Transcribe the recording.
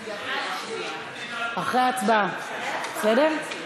אחרי ההצבעה, בסדר?